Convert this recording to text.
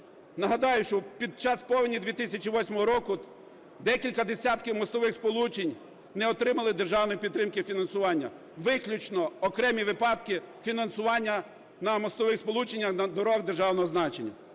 Нагадаю, що під час повені 2008 року декілька десятків мостових сполучень не отримали державної підтримки, фінансування. Виключно окремі випадки фінансування на мостових сполученнях на дорогах державного значення.